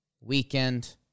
weekend